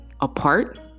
apart